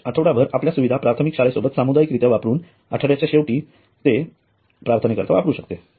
church आठवडाभर आपल्या सुविधा प्राथमिक शाळे सोबत सामुदायिक रीत्या वापरून आठवड्याच्या शेवटी ते प्रार्थनेकरीता वापरू शकते